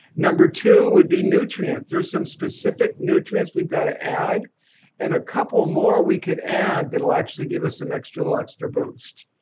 number two would be nutrients there's some specific nutrients we've got to add and a couple more we could add that'll actually give us um some little extra boost.